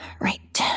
right